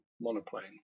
monoplane